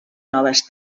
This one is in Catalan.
noves